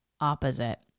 opposite